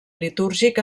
litúrgic